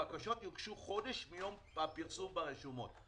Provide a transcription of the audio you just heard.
הבקשות הוגשו חודש מיום הפרסום ברשומות.